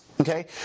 okay